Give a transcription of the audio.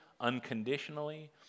unconditionally